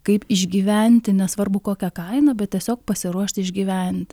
kaip išgyventi nesvarbu kokia kaina bet tiesiog pasiruošti išgyventi